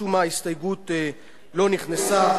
משום מה ההסתייגות לא נכנסה.